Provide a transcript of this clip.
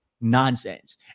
Nonsense